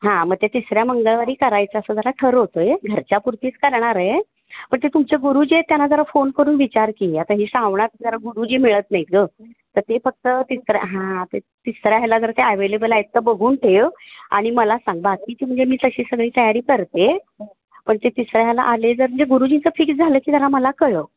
हां मग ते तिसऱ्या मंगळवारी करायचं असं जरा ठरवतो आहे घरच्या पुरतीच करणार आहे पण ते तुमच्या गुरुजी आहेत त्यांना जरा फोन करून विचार की आता हे श्रावणात जरा गुरुजी मिळत नाहीत गं तर ते फक्त तिसऱ्या हां तिसरा ह्याला जर ते ॲवेलेबल आहेत का बघून ठेव आणि मला सांग बाकीची म्हणजे मी तशी सगळी तयारी करते पण ते तिसऱ्या ह्याला आले जर म्हणजे गुरुजीचं फिक्स झालं की जरा मला कळव